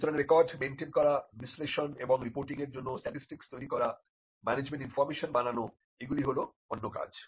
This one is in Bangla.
সুতরাং রেকর্ড মেনটেন করা বিশ্লেষণ এবং রিপোর্টিংয়ের জন্য স্ট্যাটিসটিকস তৈরি করা ম্যানেজমেন্ট ইনফরমেশন বানানো এগুলি হল অন্য কাজ